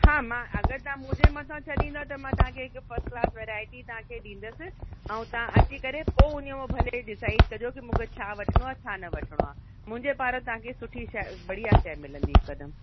हा मां अगरि तव्हां मुंहिंजे मथां छॾींदा त मां तव्हांखे हिकु फ़स्ट क्लास वैरायटी तव्हांखे ॾींदसि ऐं तव्हां अची करे पोइ उन्हीअ मां भले डिसाइड कजो कि मूंखे छा वठिणो आहे छा न वठिणो आहे मुंहिंजे पारां तव्हांखे सुठी शइ बढ़िया शइ मिलंदी हिकदमि